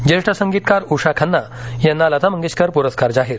ज्येष्ठ संगीतकार उषा खन्ना यांना लता मंगेशकर पुरस्कार जाहीर